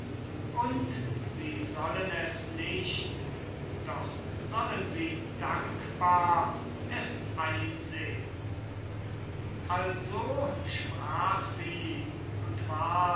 und sie sollen es nicht doch sollen sie dankbar es einsehn also sprach sie und war